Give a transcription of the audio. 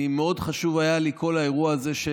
מאוד חשוב היה לי כל האירוע של